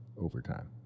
overtime